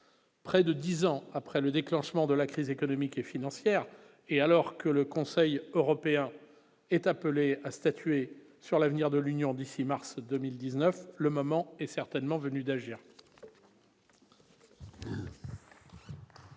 Près de 10 ans après le déclenchement de la crise économique et financière, et alors que le Conseil européen est appelée à statuer sur l'avenir de l'Union d'ici mars 2019, le moment est certainement venu d'agir.